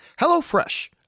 HelloFresh